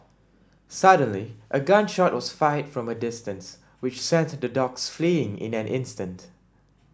suddenly a gun shot was fired from a distance which sent the dogs fleeing in an instant